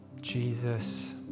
Jesus